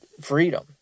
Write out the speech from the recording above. freedom